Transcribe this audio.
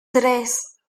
tres